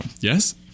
Yes